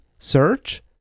search